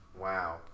Wow